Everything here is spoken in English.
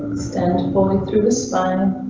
standpoint through the spine.